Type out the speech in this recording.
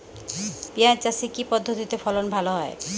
পিঁয়াজ চাষে কি পদ্ধতিতে ফলন ভালো হয়?